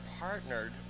partnered